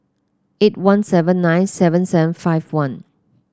eight one seven nine seven seven five one